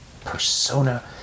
persona